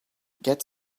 get